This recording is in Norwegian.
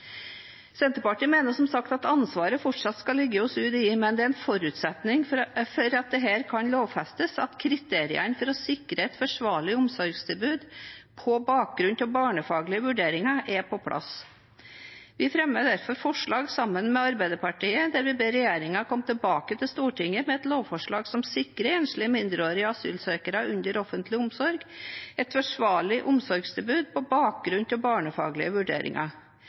Senterpartiet mener som sagt at ansvaret fortsatt skal ligge hos UDI, men en forutsetning for at dette kan lovfestes, er at kriteriene for å sikre et forsvarlig omsorgstilbud på bakgrunn av barnefaglige vurderinger er på plass. Vi fremmer derfor forslag sammen med Arbeiderpartiet der vi ber regjeringen komme tilbake til Stortinget med et lovforslag som sikrer enslige mindreårige asylsøkere under offentlig omsorg et forsvarlig omsorgstilbud på bakgrunn av barnefaglige vurderinger.